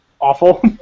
awful